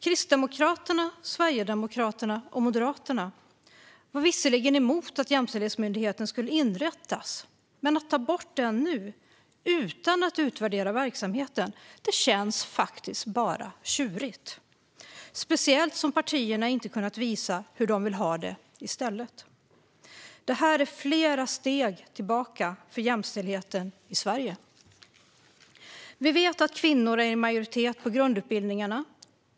Kristdemokraterna, Sverigedemokraterna och Moderaterna var visserligen emot att Jämställdhetsmyndigheten skulle inrättas, men att ta bort den nu utan att utvärdera verksamheten känns bara tjurigt, speciellt som partierna inte kunnat visa hur de vill ha det i stället. Det här innebär flera steg tillbaka för jämställdheten i Sverige. Kvinnor är i majoritet på grundutbildningarna.